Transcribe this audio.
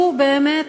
שהוא באמת,